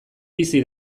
bizi